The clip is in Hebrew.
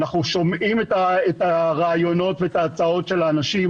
אנחנו שומעים את הרעיונות ואת ההצעות של האנשים,